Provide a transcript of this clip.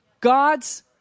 God's